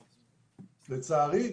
לצערי,